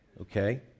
okay